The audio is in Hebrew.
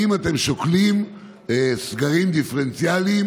אתם שוקלים סגרים דיפרנציאליים